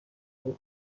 تغییر